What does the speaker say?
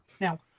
Now